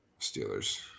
Steelers